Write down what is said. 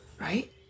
right